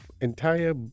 entire